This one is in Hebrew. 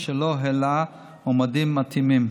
אשר לא העלה מועמדים מתאימים.